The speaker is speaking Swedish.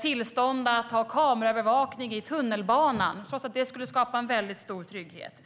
tillstånd för kameraövervakning i tunnelbanan, trots att det skulle skapa stor trygghet.